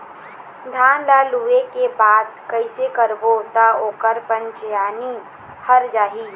धान ला लुए के बाद कइसे करबो त ओकर कंचीयायिन हर जाही?